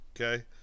okay